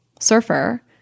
surfer